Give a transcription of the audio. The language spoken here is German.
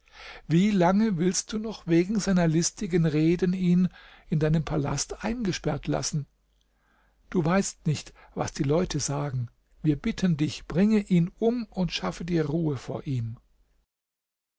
wie lange willst du noch wegen seiner listigen reden ihn in deinem palast eingesperrt lassen du weißt nicht was die leute sagen wir bitten dich bringe ihn um und schaffe dir ruhe vor ihm